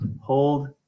Hold